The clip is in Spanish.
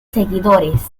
seguidores